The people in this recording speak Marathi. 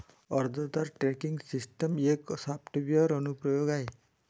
अर्जदार ट्रॅकिंग सिस्टम एक सॉफ्टवेअर अनुप्रयोग आहे